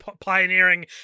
pioneering